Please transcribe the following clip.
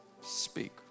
speak